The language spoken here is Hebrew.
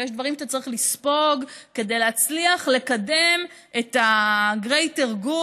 ויש דברים שאתה צריך לספוג כדי להצליח לקדם את ה-greater good,